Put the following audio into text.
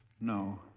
No